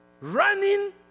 running